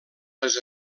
les